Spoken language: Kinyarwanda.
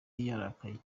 yarakaye